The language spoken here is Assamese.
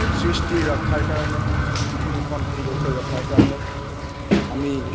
সৃষ্টি ৰক্ষাৰ কাৰণে পৃথিৱীখন সুন্দৰকৈ ৰখাৰ কাৰণে আমি